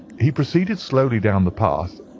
he proceeded slowly down the path,